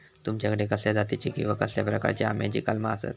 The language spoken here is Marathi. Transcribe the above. तुमच्याकडे कसल्या जातीची किवा कसल्या प्रकाराची आम्याची कलमा आसत?